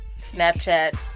Snapchat